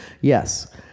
yes